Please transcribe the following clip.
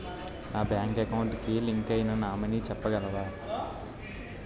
నా bank account కి link అయినా నామినీ చెప్పగలరా?